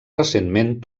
recentment